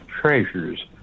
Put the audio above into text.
treasures